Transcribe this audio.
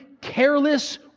careless